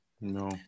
No